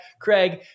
Craig